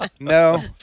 No